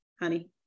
honey